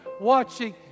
watching